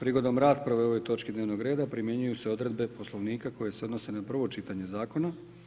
Prigodom rasprave o ovoj točki dnevnog reda primjenjuju se odredbe Poslovnika koje se odnose na prvo čitanje zakona.